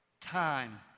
Time